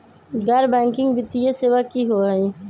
गैर बैकिंग वित्तीय सेवा की होअ हई?